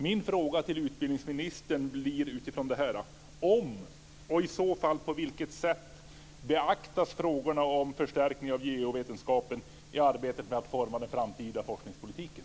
Min fråga till utbildningsministern blir utifrån detta: Om, och i så fall på vilket sätt, beaktas frågorna om förstärkning av geovetenskapen i arbetet med att forma den framtida forskningspolitiken?